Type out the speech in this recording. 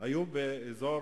היו באזור